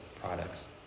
products